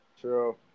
True